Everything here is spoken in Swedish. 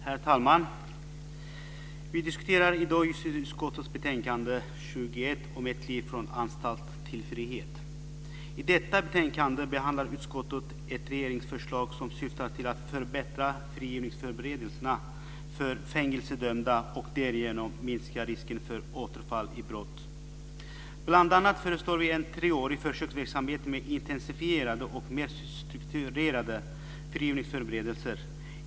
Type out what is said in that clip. Herr talman! Vi diskuterar i dag justitieutskottets betänkande 21 om ett liv från anstalt till frihet. I detta betänkande behandlar utskottet ett regeringsförslag som syftar till att förbättra frigivningsförberedelserna för fängelsedömda och därigenom minska risken för återfall i brott. Bl.a. föreslår vi en treårig försöksverksamhet med intensifierade och mer strukturerade frigivningsförberedelser.